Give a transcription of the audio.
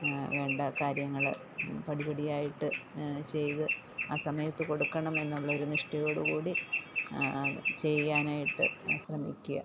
വേണ്ട കാര്യങ്ങള് പടിപടിയായിട്ട് ചെയ്ത് ആ സമയത്ത് കൊടുക്കണം എന്നൊള്ളൊരു നിഷ്ഠയോടുകൂടി ചെയ്യാനായിട്ട് ശ്രമിക്കുക